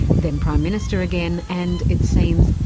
then prime minister again, and, it seems,